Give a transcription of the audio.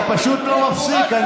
אתה פשוט לא מפסיק.